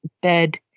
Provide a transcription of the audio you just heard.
bed